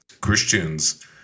Christians